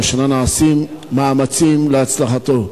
והשנה נעשים מאמצים להצלחתו.